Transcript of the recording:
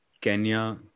Kenya